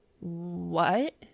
What